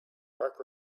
park